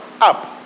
up